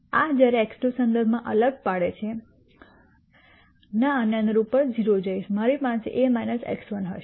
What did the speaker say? આ જ્યારે x2 સંદર્ભમાં અલગ પડે છે ના આને અનુરૂપ 0 પર જઈશ મારી પાસે a x1 હશે